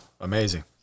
Amazing